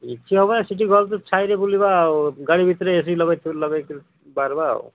କିଛି ହେବନି ସେଠି ଘର ତ ଛାଇରେ ବୁଲିବା ଆଉ ଗାଡ଼ି ଭିତରେ ଏସି ଲଗେଇକି ବାହାରିବା ଆଉ